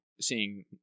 seeing